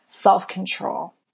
self-control